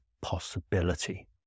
possibility